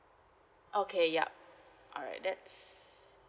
okay yup alright that's